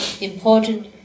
important